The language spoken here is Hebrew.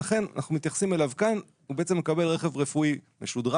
לכן אנחנו מתייחסים אליו כאן והוא בעצם מקבל רכב רפואי "משודרג"